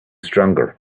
stronger